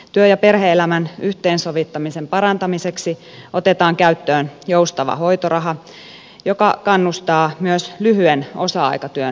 työ ja perhe elämän yhteensovittamisen parantamiseksi otetaan käyttöön joustava hoitoraha joka kannustaa myös lyhyen osa aikatyön tekemiseen